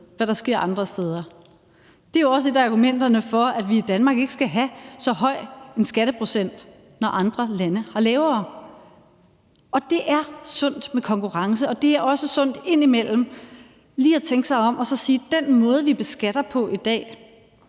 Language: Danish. hvad der sker andre steder. Det er jo også et af argumenterne for, at vi i Danmark ikke skal have så høj en skatteprocent, når andre lande har lavere. Det er sundt med konkurrence, og det er også sundt indimellem lige at tænke sig om og så sige om den måde, vi beskatter på i dag: